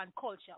culture